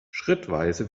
schrittweise